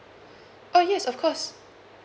oh yes of course